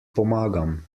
pomagam